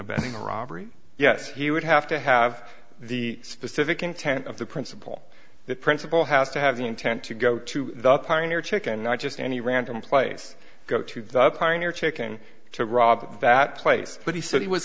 abetting a robbery yes he would have to have the specific intent of the principle that principle has to have the intent to go to the pioneer chicken not just any random place go to the pioneer checking to rob that place but he said he was